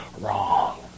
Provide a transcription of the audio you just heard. wrong